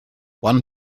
one